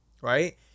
right